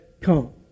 come